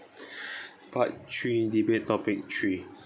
part three debate topic three